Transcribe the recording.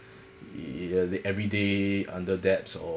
yeah they everyday under debts or